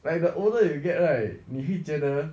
when the older you get right 你会觉得